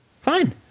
Fine